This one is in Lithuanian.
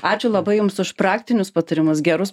ačiū labai jums už praktinius patarimus gerus